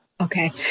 Okay